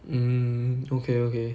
mm okay okay